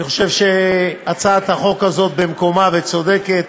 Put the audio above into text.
אני חושב שהצעת החוק הזאת במקומה וצודקת,